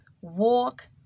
walk